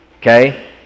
Okay